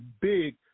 big